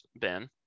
Ben